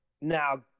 Now